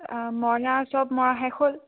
অঁ মৰণা চব মৰা শেষ হ'ল